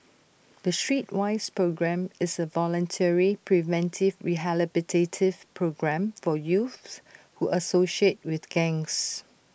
the Streetwise programme is A voluntary preventive rehabilitative programme for youths who associate with gangs